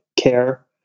care